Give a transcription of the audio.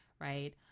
right